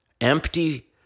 empty